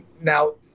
now